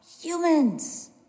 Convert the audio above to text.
humans